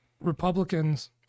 Republicans